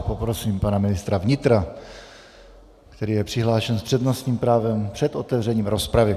Poprosím pana ministra vnitra, který je přihlášen s přednostním právem před otevřením rozpravy.